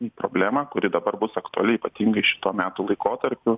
į problemą kuri dabar bus aktuali ypatingai šituo metų laikotarpiu